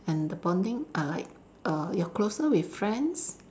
and the bonding err like err you're closer with friends